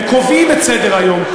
הם קובעים את סדר-היום,